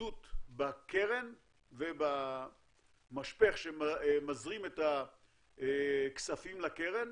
מהתמקדות בקרן ובמשפך שמזרים את הכספים לקרן,